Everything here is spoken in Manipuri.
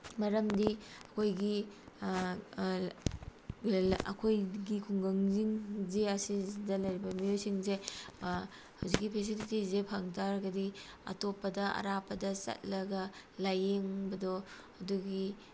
ꯃꯔꯝꯗꯤ ꯑꯩꯈꯣꯏꯒꯤ ꯑꯩꯈꯣꯏꯒꯤ ꯈꯨꯡꯒꯪꯁꯤꯡꯁꯦ ꯑꯁꯤꯁꯤꯗ ꯂꯩꯔꯤꯕ ꯃꯤꯑꯣꯏꯁꯤꯡꯁꯦ ꯍꯧꯖꯤꯛꯀꯤ ꯐꯦꯁꯤꯂꯤꯇꯤꯁꯦ ꯐꯪ ꯇꯥꯔꯒꯗꯤ ꯑꯇꯣꯞꯄꯗ ꯑꯔꯥꯞꯄꯗ ꯆꯠꯂꯒ ꯂꯥꯏꯌꯦꯡꯕꯗꯣ ꯑꯗꯨꯒꯤ